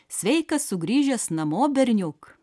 sveikas sugrįžęs namo berniuk